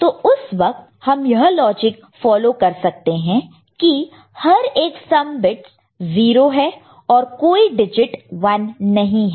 तो उस वक्त हम यह लॉजिक फॉलो कर सकते हैं कि हर एक सम बिट्स 0 है और कोई डिजिट 1 नहीं है